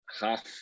half